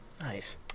nice